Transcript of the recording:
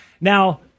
Now